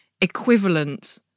equivalent